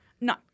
No